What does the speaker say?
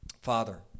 Father